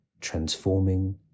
transforming